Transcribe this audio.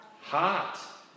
hot